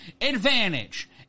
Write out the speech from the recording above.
advantage